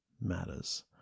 matters